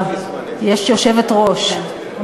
יש יושבת-ראש,